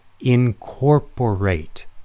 incorporate